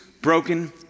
broken